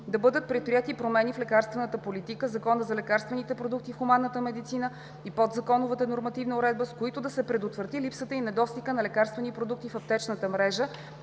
Да бъдат предприети промени в лекарствената политика, Закона за лекарствените продукти в хуманната медицина и подзаконова нормативна уредба, с които да се предотвратят липсата и недостигът на лекарствени продукти в аптечната мрежа,